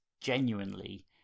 genuinely